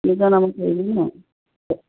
নিজৰ নামত কৰি দিম নহ্